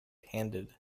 handed